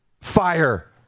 fire